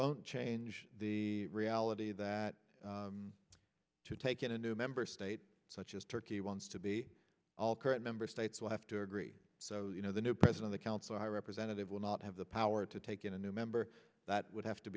won't change the reality that to take in a new member state such as turkey wants to be all current member states will have to agree so you know the new person on the council representative will not have the power to take in a new member that would have to